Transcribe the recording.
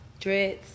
Dreads